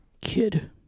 Kid